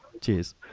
cheers